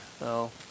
no